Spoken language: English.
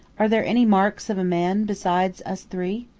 are there any marks of a man beside us three?